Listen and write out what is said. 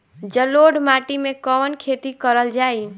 जलोढ़ माटी में कवन खेती करल जाई?